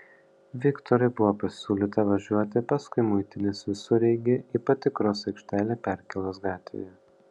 viktorui buvo pasiūlyta važiuoti paskui muitinės visureigį į patikros aikštelę perkėlos gatvėje